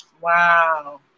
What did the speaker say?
Wow